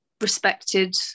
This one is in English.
respected